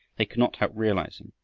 they could not help realizing,